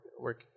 work